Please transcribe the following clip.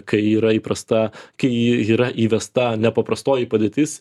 kai yra įprasta kai yra įvesta nepaprastoji padėtis